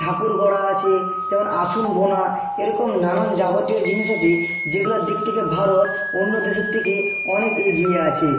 ঠাকুর গড়া আছে যেমন আসন বোনা এরকম নানান যাবতীয় জিনিস আছে যেগুলার দিক থেকে ভারত অন্য দেশের থেকে অনেক এগিয়ে আছে